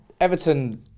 Everton